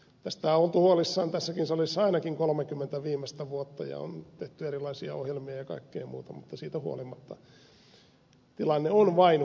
tästä on oltu huolissaan tässäkin salissa ainakin kolmekymmentä viimeistä vuotta ja on tehty erilaisia ohjelmia ja kaikkea muuta mutta siitä huolimatta tilanne on vain huonontunut